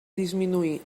disminuir